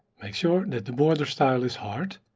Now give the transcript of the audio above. make sure that the border style is hard,